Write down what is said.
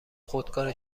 خودکار